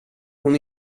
hon